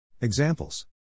Examples